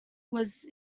was